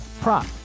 prop